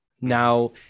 Now